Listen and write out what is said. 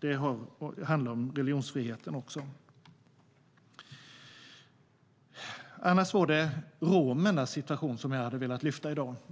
Det handlar också om religionsfriheten. Det var romernas situation jag egentligen ville lyfta fram i dag.